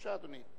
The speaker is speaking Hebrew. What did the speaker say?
בבקשה, אדוני.